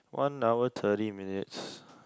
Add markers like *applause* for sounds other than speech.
one hour thirty minutes *breath*